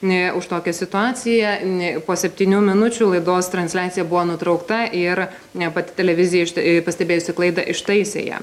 už tokią situaciją po septynių minučių laidos transliacija buvo nutraukta ir pati televizija pastebėjusi klaidą ištaisė